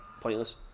Pointless